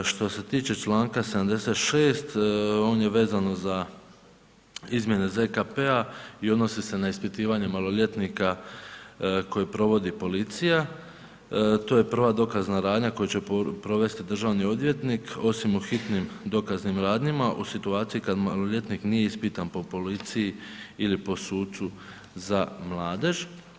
Što se tiče članka 76., on je vezano za izmjene ZKP-a odnosi se na ispitivanje maloljetnika koji provodi policija, tu je prva dokazna radnja koju će provesti državni odvjetnik osim u hitnim dokaznim radnjama u situaciji kad maloljetnik nije ispitan po policiji ili po sucu za mladež.